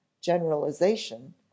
generalization